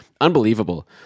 unbelievable